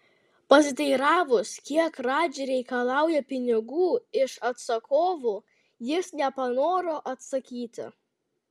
pasiteiravus kiek radži reikalauja pinigų iš atsakovų jis nepanoro atsakyti